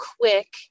quick